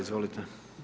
Izvolite.